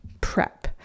Prep